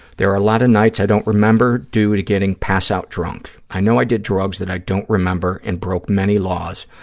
there are a lot of nights i don't remember due to getting pass-out drunk. i know i did drugs that i don't remember and broke many laws.